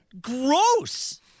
gross